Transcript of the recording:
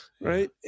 right